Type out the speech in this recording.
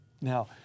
Now